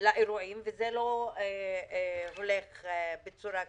לאירועים וזה לא הולך בצורה הזו.